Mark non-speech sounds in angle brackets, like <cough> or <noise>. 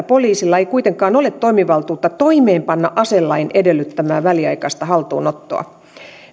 <unintelligible> poliisilla ei kuitenkaan ole toimivaltuutta toimeenpanna aselain edellyttämää väliaikaista haltuunottoa